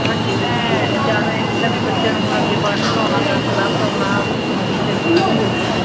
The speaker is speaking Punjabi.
ਹਾਂਜੀ ਮੈਂ ਜ਼ਿਆਦਾ ਐਂ ਕੀਤਾ ਵੀ ਬੱਚਿਆਂ ਨੂੰ ਹੁਣ ਅੱਗੇ ਪੜ੍ਹਨ ਲਾਉਣਾ ਗਾ ਕਲਾਸ ਹੁਣ ਆਹ ਨਵੀਂ ਚੱਲ ਸ਼ੁਰੂ ਹੋ ਗਈ